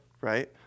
Right